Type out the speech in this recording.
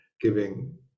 giving